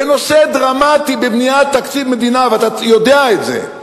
בנושא דרמטי בבניית תקציב מדינה, ואתה יודע את זה,